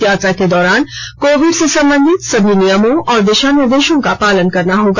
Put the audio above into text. यात्रा के दौरान कोविड से संबंधित सभी नियमों और दिशानिर्देशों का पालन करना होगा